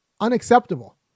unacceptable